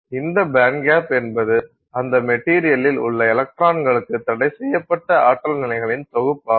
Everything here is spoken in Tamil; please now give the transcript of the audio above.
இந்த பேண்ட்கேப் என்பது அந்த மெட்டீரியலில் உள்ள எலக்ட்ரான்களுக்கு தடைசெய்யப்பட்ட ஆற்றல் நிலைகளின் தொகுப்பாகும்